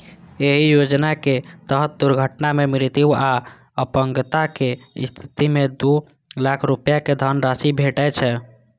एहि योजनाक तहत दुर्घटना मे मृत्यु आ अपंगताक स्थिति मे दू लाख रुपैया के धनराशि भेटै छै